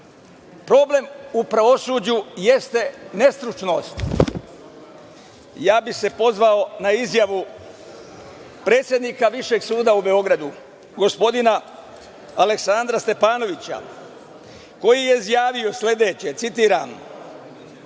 kolena. Problem u pravosuđu jeste nestručnost. Ja bih se pozvao na izjavu predsednika Višeg suda u Beogradu, gospodina Aleksandra Stepanovića, koji je izjavio sledeće, citiram: